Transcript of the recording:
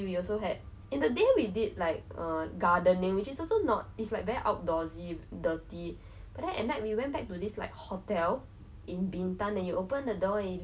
that's good but I guess in camps like I I don't really okay I I'm okay with the outdoorsy activities in the day but I always like again a bit spoilt lah !huh!